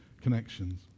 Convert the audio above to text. connections